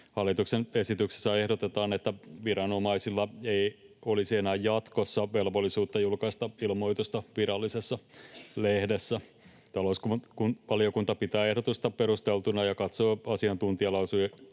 Hallituksen esityksessä ehdotetaan, että viranomaisella ei olisi enää jatkossa velvollisuutta julkaista ilmoitusta Virallisessa lehdessä. Talousvaliokunta pitää ehdotusta perusteltuna ja katsoo asiantuntijalausuntojen